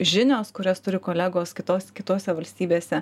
žinios kurias turi kolegos kitos kitose valstybėse